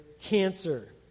cancer